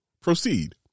Proceed